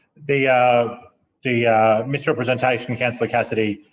the the misrepresentation, councillor cassidy.